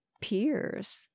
peers